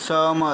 सहमत